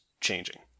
changing